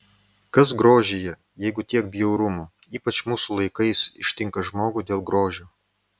kas grožyje jeigu tiek bjaurumo ypač mūsų laikais ištinka žmogų dėl grožio